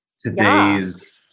today's